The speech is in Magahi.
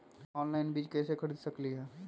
ऑनलाइन बीज कईसे खरीद सकली ह?